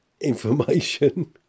information